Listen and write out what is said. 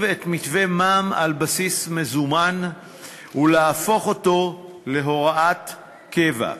את מתווה מע"מ על בסיס מזומן ולהפוך אותו להוראת קבע.